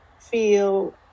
feel